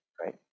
right